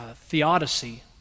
theodicy